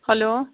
hello